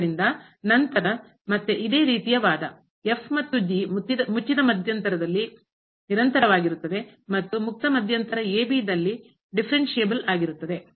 ಆದ್ದರಿಂದ ನಂತರ ಮತ್ತೆ ಇದೇ ರೀತಿಯ ವಾದ ಮತ್ತು ಮುಚ್ಚಿದ ಮಧ್ಯಂತರದಲ್ಲಿ ನಿರಂತರವಾಗಿರುತ್ತದೆ ಮತ್ತು ಮುಕ್ತ ಮಧ್ಯಂತರ ದಲ್ಲಿ ಡಿಫರೆನ್ಸಿಯ ಬಲ್ ಆಗಿರುತ್ತದೆ